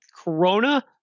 Corona